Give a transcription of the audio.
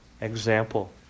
example